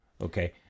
Okay